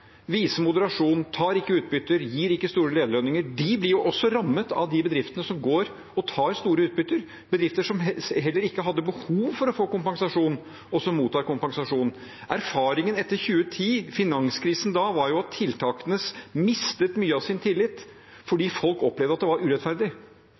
moderasjon, ikke tar utbytter, ikke gir store lederlønninger, blir jo også rammet av at noen bedrifter tar store utbytter, bedrifter som heller ikke hadde behov for å få kompensasjon, og som mottar kompensasjon. Erfaringen etter 2010, finanskrisen da, var at tiltakene mistet mye av sin tillit